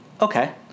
Okay